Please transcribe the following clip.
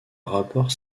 rapport